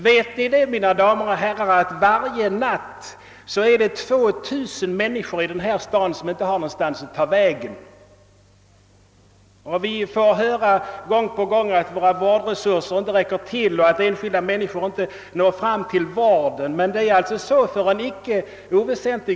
Vet ni, mina damer och herrar, att det i denna stad natt efter natt går 2000 människor som ingenstans har att ta vägen?